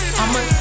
I'ma